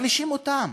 מחלישים אותן.